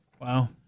Wow